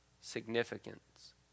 significance